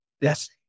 Yes